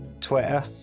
Twitter